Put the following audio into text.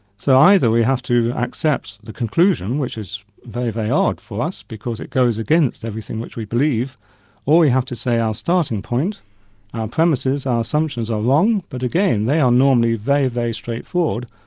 so either we have to accept the conclusion which is very, very odd for us, because it goes against everything which we believe or we have to say our starting point, our premises, our assumptions are wrong, but again they are normally very, very straightforward,